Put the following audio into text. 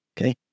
okay